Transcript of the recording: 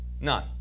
None